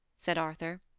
said arthur.